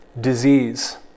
disease